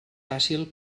fàcil